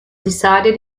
decided